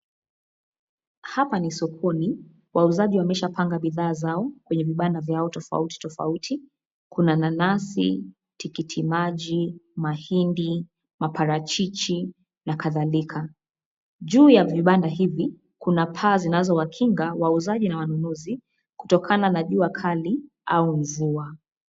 Hapa ni sokoni. Wauzaji wameshapanga bidhaa zao kwenye vibanda vyao tofauti tofauti. Kuna nanasi, tikiti maji, mahindi, maparachichi, na kadhalika. Juu ya vibanda hivi, kuna paa zinazowakinga wauzaji na wanunuzi kutokana na jua kali au mvua.